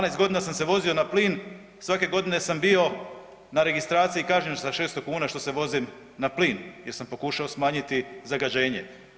12 godina sam se vozio na plin, svake godine sam bio na registraciji kažem sa 600 kuna što se vozim na plin jer sam pokušao smanjiti zagađenje.